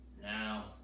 Now